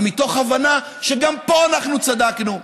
אבל מתוך הבנה שגם פה אנחנו צדקנו.